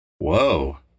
Whoa